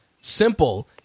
simple